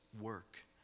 work